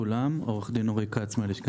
חוק רישוי שירותים